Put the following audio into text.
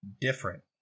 different